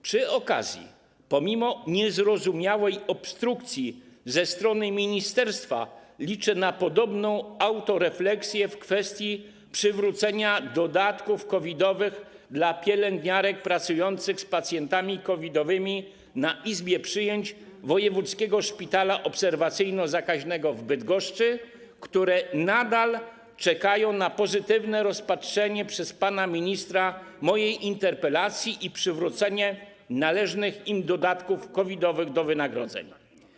Przy okazji, pomimo niezrozumiałej obstrukcji ze strony ministerstwa, liczę na podobną autorefleksję w kwestii przywrócenia dodatków COVID-owych pielęgniarkom pracującym z pacjentami COVID-owymi w Izbie Przyjęć Wojewódzkiego Szpitala Obserwacyjno-Zakaźnego w Bydgoszczy, które nadal czekają na pozytywne rozpatrzenie przez pana ministra mojej interpelacji i przywrócenie należnych im dodatków COVID-owych do wynagrodzenia.